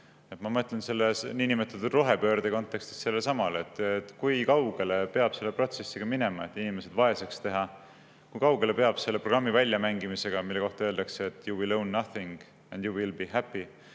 Ma mõtlen selle niinimetatud rohepöörde kontekstis sellelesamale, et kui kaugele peab selle protsessiga minema, et inimesed vaeseks teha, kui kaugele peab selle programmi väljamängimisega, mille kohta öeldakse, etyou will own nothing and you will be happyehk